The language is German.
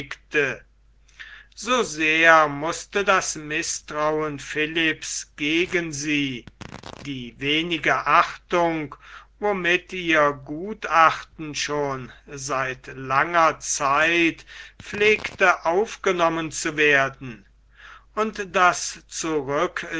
so sehr mußte das mißtrauen philipps gegen sie die wenige achtung womit ihr gutachten schon seit langer zeit pflegte aufgenommen zu werden und das